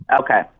Okay